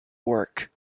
work